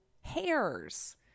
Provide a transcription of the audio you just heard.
hairs